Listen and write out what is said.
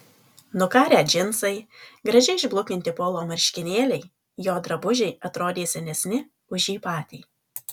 nukarę džinsai gražiai išblukinti polo marškinėliai jo drabužiai atrodė senesni už jį patį